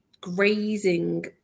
grazing